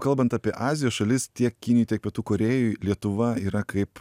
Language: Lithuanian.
kalbant apie azijos šalis tiek kinijoj tiek pietų korėjoj lietuva yra kaip